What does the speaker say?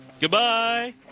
Goodbye